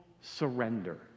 surrender